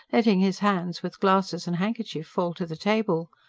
letting his hands with glasses and handkerchief fall to the table.